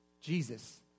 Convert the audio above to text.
Jesus